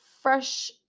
fresh